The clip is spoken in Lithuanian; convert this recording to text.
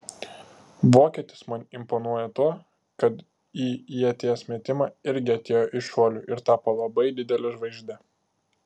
vokietis man imponuoja tuo kad į ieties metimą irgi atėjo iš šuolių ir tapo labai didele žvaigžde